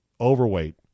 overweight